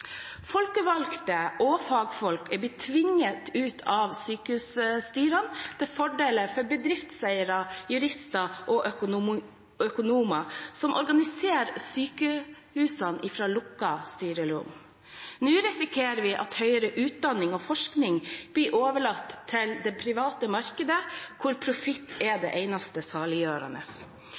Folkevalgte og fagfolk er blitt tvunget ut av sykehusstyrene til fordel for bedriftseiere, jurister og økonomer, som organiserer sykehusene fra lukkede styrerom. Nå risikerer vi at høyere utdanning og forskning blir overlatt til det private markedet, hvor profitt er det eneste saliggjørende.